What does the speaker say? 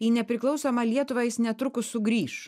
į nepriklausomą lietuvą jis netrukus sugrįš